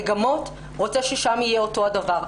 מגמות אנחנו רוצים ששם יהיה אותו הדבר,